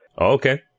Okay